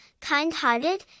kind-hearted